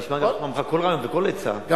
אני אשמע ממך כל רעיון וכל עצה, נכון.